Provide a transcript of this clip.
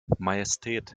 majestät